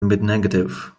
negative